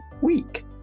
week